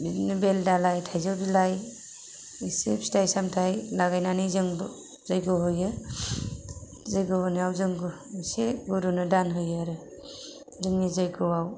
बिदिनो बेल दालाय थाइजौ बिलाइ एसे फिथाइ सामथाइ लागायनानै जों जग्य होयो जग्य होनायाव जों एसे गुरुनो दान होयो आरो जोंनि जग्यआव